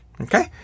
Okay